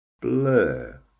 blur